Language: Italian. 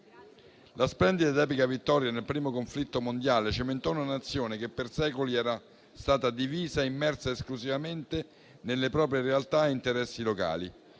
La splendida ed epica vittoria nel primo conflitto mondiale cementò una Nazione che per secoli era stata divisa e immersa esclusivamente nelle proprie realtà e interessi locali,